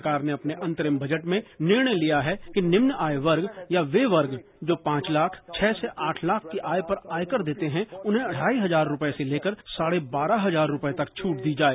सरकार ने अपने अंतरिम बजट में निर्णय लिया कि निम्न आय वर्ण या वे वर्ण जो पांच लाख छह से आठ लाख की आय पर आयकर देते हैं उन्हें ढाई हजार रूपए से लेकर साढ़े बारह हजार रूपए तक छूट दी जाए